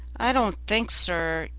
i didn't think, sir,